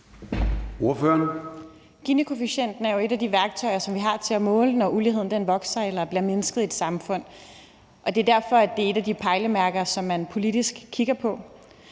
(EL): Ginikoefficienten er jo et af de værktøjer, vi har til at måle, om uligheden vokser eller bliver mindsket i et samfund. Det er derfor, at det er af de pejlemærker, som man politisk kigger på.